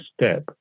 step